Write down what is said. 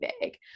big